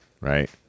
right